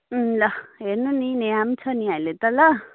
ल हेर्नु नि नेहा पनि छ नि अहिले त ल